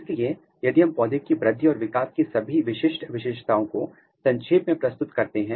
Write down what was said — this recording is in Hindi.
इसलिए यदि हम पौधे की वृद्धि और विकास की सभी विशिष्ट विशेषताओं को संक्षेप में प्रस्तुत करते हैं